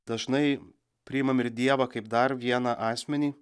dažnai priimam ir dievą kaip dar vieną asmenį